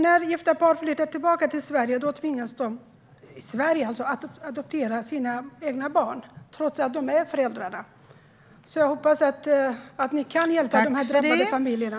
När gifta par flyttar tillbaka till Sverige tvingas de adoptera sina egna barn, trots att de är föräldrar. Jag hoppas att ni kan hjälpa de drabbade familjerna.